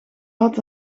had